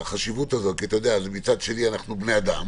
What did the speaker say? מצד אחד אנחנו בני אדם